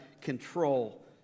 control